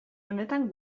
honetan